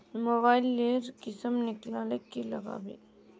Mobile लेर किसम निकलाले की लागबे?